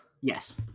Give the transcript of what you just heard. Yes